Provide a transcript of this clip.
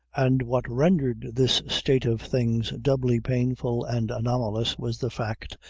and what rendered this state of things doubly painful and anomalous was the fact,